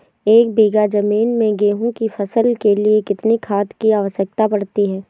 एक बीघा ज़मीन में गेहूँ की फसल के लिए कितनी खाद की आवश्यकता पड़ती है?